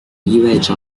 意味着